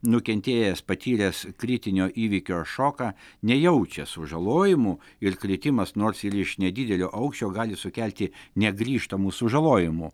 nukentėjęs patyręs kritinio įvykio šoką nejaučia sužalojimų ir kritimas nors ir iš nedidelio aukščio gali sukelti negrįžtamų sužalojimų